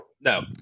no